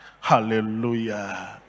Hallelujah